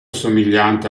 somigliante